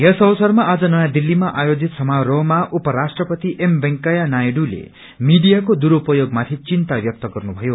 यस अवसरमा आज नयाँ दिल्लीमा आयोजित समारोहमा उपराष्ट्रपति एम वेंकैया नायडूले मीडियाको दुरूपयोगमाथि चिन्ता ब्यक्त गर्नु भयो